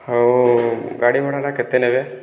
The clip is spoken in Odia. ହେଉ ଗାଡ଼ି ଭଡ଼ାଟା କେତେ ନେବେ